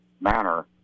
manner